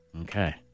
Okay